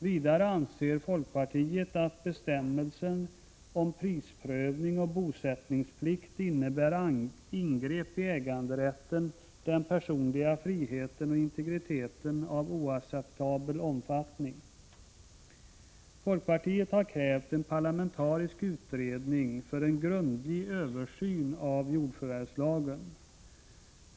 Vidare anser folkpartiet att bestämmelser om prisprövning och bosättningsplikt innebär ingrepp i äganderätten, den personliga friheten och integriteten av oacceptabel omfattning. Folkpartiet har krävt en parlamentarisk utredning för en grundlig översyn av jordförvärvslagen.